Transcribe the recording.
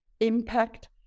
impact